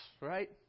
right